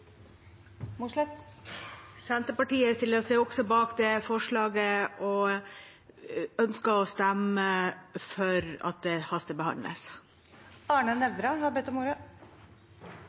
for. Senterpartiet stiller seg også bak det forslaget og ønsker å stemme for at det hastebehandles. En kort stemmeforklaring: SV støtter også at vi behandler denne saken raskt. Flere har